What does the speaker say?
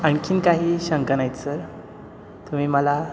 आणखीन काही शंका नाहीत सर तुम्ही मला